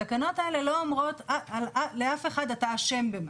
התקנות האלה לא אומרות לאף אחד אתה אשם במשהו.